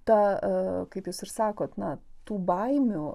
ta kaip jūs ir sakote na tų baimių